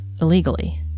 illegally